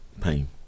Pain